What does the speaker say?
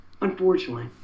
unfortunately